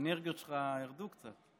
האנרגיות שלך ירדו קצת.